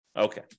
Okay